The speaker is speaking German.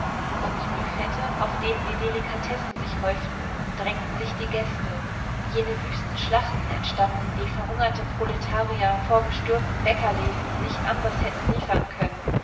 um die büffette auf denen die delikatessen sich häuften drängten sich die gäste jene wüsten schlachten entstanden die verhungerte proletarier vor gestürmten bäckerläden nicht anders hätten liefern können